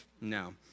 No